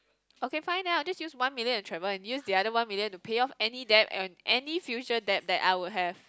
okay fine then I'll just use one million to travel and use the other one million to pay off any debt and any future debt that I would have